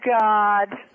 God